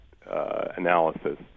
Analysis